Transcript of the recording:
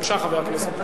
בבקשה, חבר הכנסת.